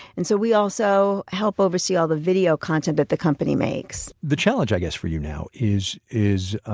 and so we also help oversee all the video content that the company makes. the challenge i guess for you now is is